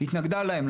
התנגדה להם.